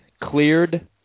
Cleared